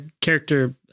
character